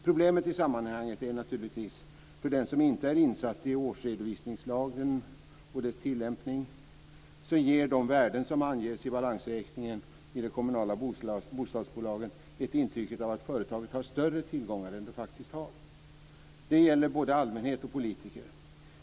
Problemet i sammanhanget är naturligtvis att för dem som inte är insatta i årsredovisningslagen och dess tillämpning ger de värden som anges i balansräkningen i de kommunala bostadsbolagen ett intryck av att företaget har större tillgångar än det faktiskt har. Det gäller både allmänhet och politiker.